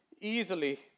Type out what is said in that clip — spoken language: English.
easily